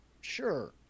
Sure